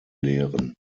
lehren